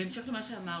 בהמשך למה שאמרת,